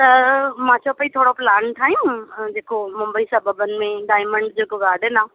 त मां चवां पई थोरो प्लान ठाहियूं जेको मुंबई सां बबल में डायमंड जेको गार्डन आहे